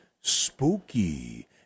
spooky